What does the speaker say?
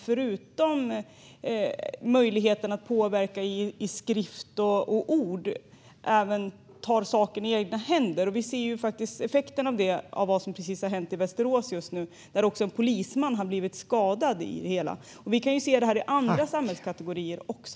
Förutom möjligheten att påverka i skrift och ord tar man saken i egna händer, och det ser vi effekten av i och med det som precis har hänt i Västerås där också en polisman har blivit skadad. Vi kan se det här i andra samhällskategorier också.